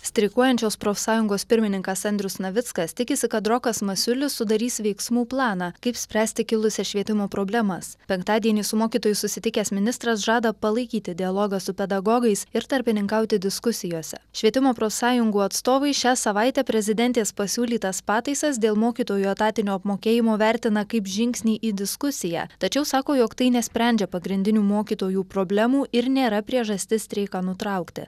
streikuojančios profsąjungos pirmininkas andrius navickas tikisi kad rokas masiulis sudarys veiksmų planą kaip spręsti kilusias švietimo problemas penktadienį su mokytojais susitikęs ministras žada palaikyti dialogą su pedagogais ir tarpininkauti diskusijose švietimo profsąjungų atstovai šią savaitę prezidentės pasiūlytas pataisas dėl mokytojų etatinio apmokėjimo vertina kaip žingsnį į diskusiją tačiau sako jog tai nesprendžia pagrindinių mokytojų problemų ir nėra priežastis streiką nutraukti